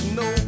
no